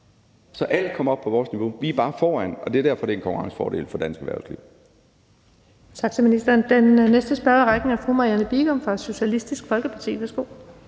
Så alle kommer op på vores niveau, men vi er bare foran, og det er derfor, det er en konkurrencefordel for dansk erhvervsliv.